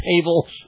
tables